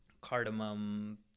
cardamom